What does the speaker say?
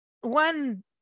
one